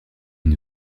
une